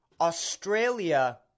Australia